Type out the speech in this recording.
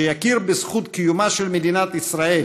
שיכיר בזכות קיומה של מדינת ישראל